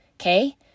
okay